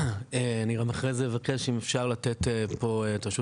אני גם אחרי זה אבקש אם אפשר לתת פה את רשות